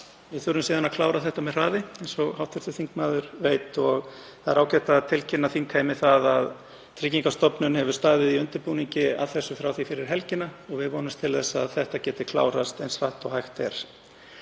Við þurfum síðan að klára þetta með hraði, eins og hv. þingmaður veit. Það er ágætt að tilkynna þingheimi það að Tryggingastofnun hefur staðið í undirbúningi að þessu frá því fyrir helgina og við vonumst til að þetta geti klárast eins hratt og hægt er.